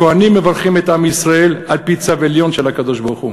הכוהנים מברכים את עם ישראל על-פי צו עליון של הקדוש-ברוך-הוא,